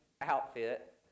outfit